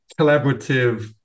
collaborative